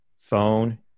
phone